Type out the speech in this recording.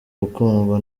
gukundwa